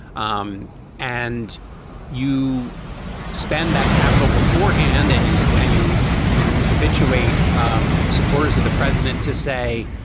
um and you spend that capital beforehand and you and you you habituate um supporters of the president to say,